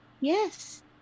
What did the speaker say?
Yes